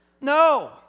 No